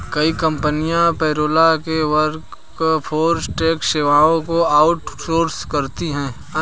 कई कंपनियां पेरोल या वर्कफोर्स टैक्स सेवाओं को आउट सोर्स करती है